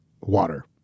water